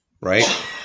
right